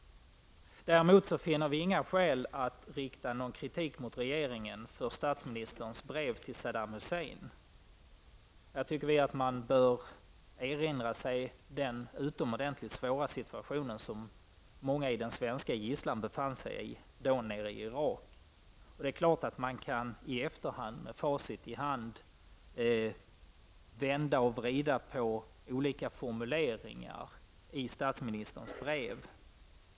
Däremot finner vi inte några skäl till att rikta kritik mot regeringen för statsministerns brev till Saddam Hussein. I detta sammanhang anser vi att man bör erinra sig den utomordentligt svåra situation som många i den svenska gisslan i Irak då befann sig i. Det är klart att man i efterhand med facit i hand kan vända och vrida på olika formuleringar i statsministerns brev.